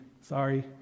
Sorry